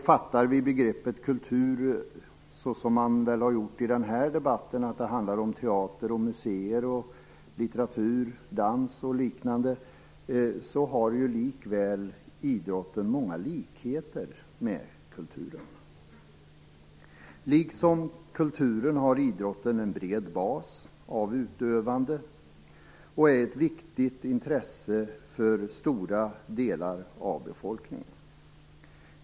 Fattar vi begreppet kultur så som man väl har gjort i den här debatten, alltså att det handlar om teater, museer, litteratur, dans och liknande, så har ju likväl idrotten många likheter med kulturen. Liksom kulturen har idrotten en bred bas av utövande och är ett viktigt intresse för stora delar av befolkningen.